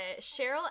Cheryl